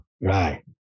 right